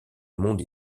monde